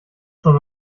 schon